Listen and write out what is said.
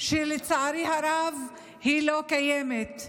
שלצערי הרב, לא קיימת.